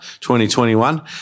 2021